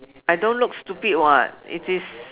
I don't look stupid [what] it is